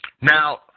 Now